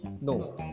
No